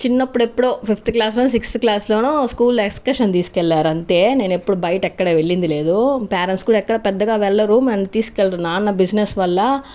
చిన్నప్పుడు ఎప్పుడో ఫిఫ్త్ క్లాస్లో సిక్స్త్ క్లాస్లో స్కూల్లో ఎక్స్కర్సన్కి తీసుకుని వెళ్ళారు అంతే నేను ఎప్పుడు బయట వెళ్ళింది లేదు పేరెంట్స్ కూడా ఎక్కడ పెద్దగా వెళ్ళరు నన్ను తీసుకువెళ్ళరు నాన్న బిజినెస్ వల్ల